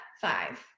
five